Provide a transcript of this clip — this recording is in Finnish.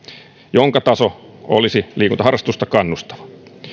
jonka taso olisi liikuntaharrastusta kannustava